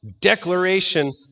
declaration